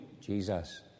Jesus